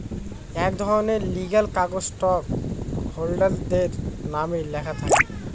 এক ধরনের লিগ্যাল কাগজ স্টক হোল্ডারদের নামে লেখা থাকে